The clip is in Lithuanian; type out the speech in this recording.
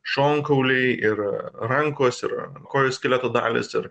šonkauliai ir rankos ir kojų skeleto dalys ir